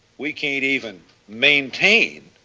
we can't even maintain